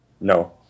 No